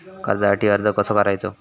कर्जासाठी अर्ज कसो करायचो?